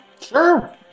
Sure